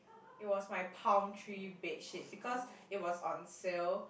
it was my palm tree bedsheet because it was on sale